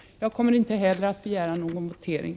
Inte heller jag kommer att begära någon votering.